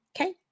Okay